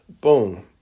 boom